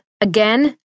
Again